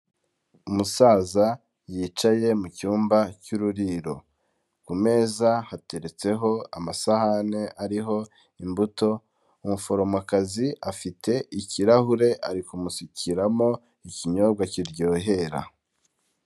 Umusaza yicaye mu cyumba cy'ururiro ku meza hateretseho amasahani ariho imbuto, umuforomokazi afite ikirahure ari kumusukiramo ikinyobwa kiryohera.